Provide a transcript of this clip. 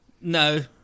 No